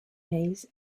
maize